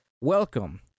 Welcome